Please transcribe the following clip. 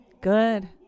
good